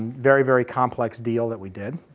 very, very complex deal that we did.